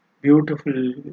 beautiful